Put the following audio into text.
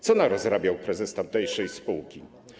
Co narozrabiał prezes tamtejszej spółki?